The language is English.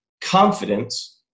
confidence